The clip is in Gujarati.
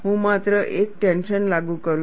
હું માત્ર એક ટેન્શન લાગુ કરું છું